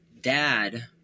dad